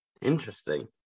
Interesting